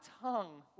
tongue